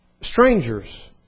strangers